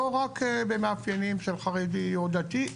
לא רק במאפיינים של חרדי או דתי,